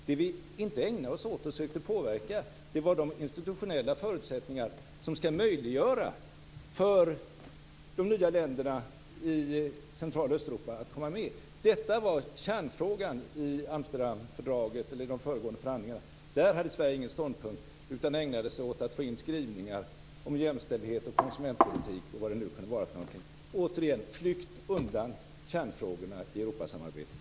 Det vi inte ägnade oss åt och sökte påverka var de institutionella förutsättningar som skall möjliggöra för de nya länderna i Central och Östeuropa att komma med. Detta var kärnfrågan i de förhandlingar som föregick Amsterdamfördraget. Där hade Sverige ingen ståndpunkt, utan ägnade sig åt att få in skrivningar om jämställdhet, konsumentpolitik och vad det nu kunde vara. Återigen flykt undan kärnfrågorna i Europasamarbetet.